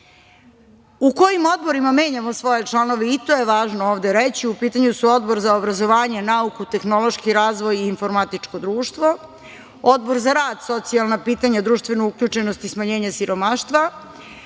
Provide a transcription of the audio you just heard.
kojim odborima menjamo svoje članove, i to je važno ovde reći, u pitanju su Odbor za obrazovanje, nauku, tehnološki razvoj i informatičko društvo, Odbor za rad, socijalna pitanja, društvenu uključenost i smanjenje siromaštva,